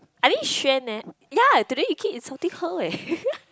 I mean Xuan leh ya today he keep insulting her eh